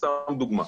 סתם לדוגמה.